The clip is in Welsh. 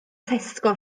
tesco